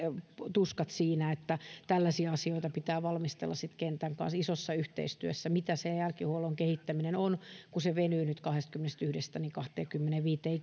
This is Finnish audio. tuskat siinä tällaisia asioita pitää valmistella sitten kentän kanssa isossa yhteistyössä mitä se jälkihuollon kehittäminen on kun se venyy nyt kahdestakymmenestäyhdestä kahteenkymmeneenviiteen